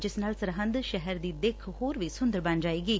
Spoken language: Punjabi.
ਜਿਸ ਨਾਲ ਸਰਹਿੰਦ ਸ਼ਹਿਰ ਦੀ ਦਿੱਖ ਹੋਰ ਵੀ ਸੂੰਦਰ ਬਣ ਜਾਏਗੀ